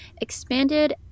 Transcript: expanded